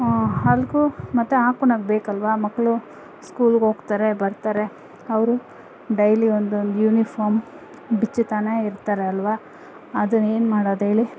ಹಲ್ಕು ಮತ್ತೆ ಹಾಕ್ಕೋಳೋಕ್ಕೆ ಬೇಕಲ್ವ ಮಕ್ಕಳು ಸ್ಕೂಲ್ಗೋಗ್ತಾರೆ ಬರ್ತಾರೆ ಅವರು ಡೈಲಿ ಒಂದೊಂದು ಯೂನಿಫಾರ್ಮ್ ಬಿಚ್ಚುತಾನೆ ಇರ್ತಾರೆ ಅಲ್ವ ಅದನ್ನೇನು ಮಾಡೋದು ಹೇಳಿ